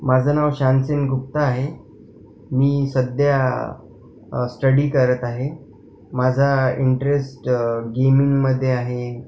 माझ नाव शानसिंग गुप्ता आहे मी सध्या स्टडी करत आहे माझा इंटरेस्ट गेमिंगमध्ये आहे